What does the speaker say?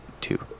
Two